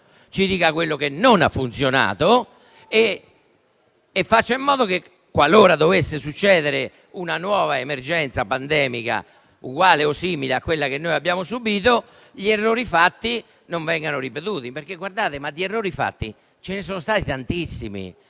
e quello che non ha funzionato e faccia in modo che, qualora dovesse succedere una nuova emergenza pandemica, uguale o simile a quella che noi abbiamo subito, gli errori commessi non vengano ripetuti. Guardate che di errori fatti ce ne sono stati tantissimi.